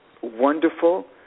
wonderful